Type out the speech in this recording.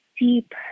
deep